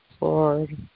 Lord